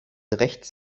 rechts